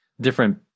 different